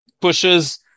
pushes